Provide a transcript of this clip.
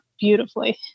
beautifully